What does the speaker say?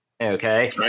Okay